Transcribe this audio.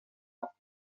ans